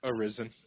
Arisen